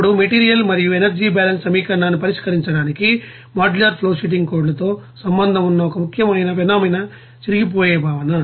ఇప్పుడు మెటీరియల్ మరియు energy balance సమీకరణాన్ని పరిష్కరించడానికి మాడ్యులర్ ఫ్లోషీటింగ్ కోడ్లతో సంబంధం ఉన్న ఒక ముఖ్యమైన ఫెనోమేనా చిరిగిపోయే భావన